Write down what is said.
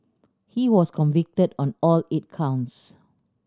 he was convicted on all eight counts